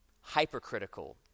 hypercritical